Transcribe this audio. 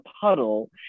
puddle